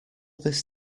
this